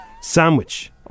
sandwich